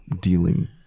dealing